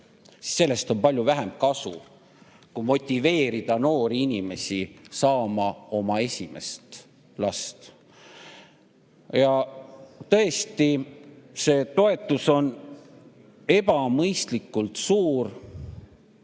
sellest on palju vähem kasu kui sellest, et motiveerida noori inimesi saama oma esimest last. Tõesti, see toetus on ebamõistlikult suur.